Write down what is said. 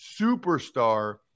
superstar